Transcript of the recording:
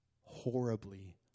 horribly